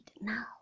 now